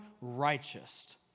righteous